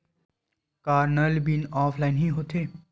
का नल bill offline हि होथे?